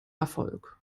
erfolg